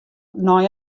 nei